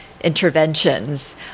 interventions